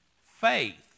faith